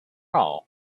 all